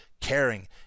caring